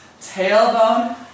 tailbone